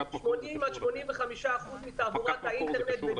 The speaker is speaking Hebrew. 80 עד 85 אחוזים מתעבורת האינטרנט את